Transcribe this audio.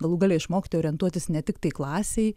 galų gale išmokti orientuotis ne tiktai klasėj